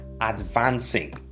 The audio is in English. advancing